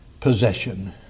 possession